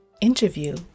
Interview